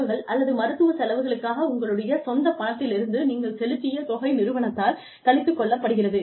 செலவுகள் அல்லது மருத்துவ செலவுகளுக்காக உங்களுடைய சொந்த பணத்திலிருந்து நீங்கள் செலுத்திய தொகை நிறுவனத்தால் கழித்துக் கொள்ளப்படுகிறது